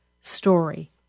story